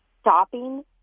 stopping